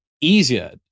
easier